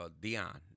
Dion